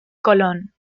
colón